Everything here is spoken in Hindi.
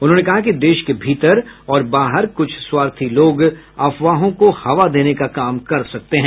उन्होंने कहा कि देश के भीतर और बाहर कुछ स्वार्थी लोग अफवाहों को हवा देने का काम कर सकते हैं